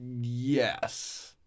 yes